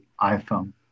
iPhone